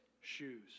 shoes